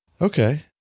Okay